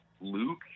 Luke